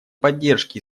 поддержке